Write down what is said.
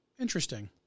Interesting